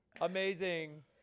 Amazing